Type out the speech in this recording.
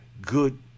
good